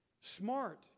Smart